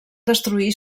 destruir